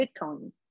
bitcoin